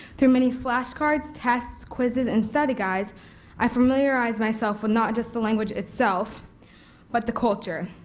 through many flashcards, tests quizzes and study guides i familiarized myself with not just the language itself but the culture.